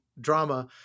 drama